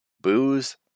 booze